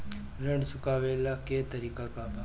ऋण चुकव्ला के तरीका का बा?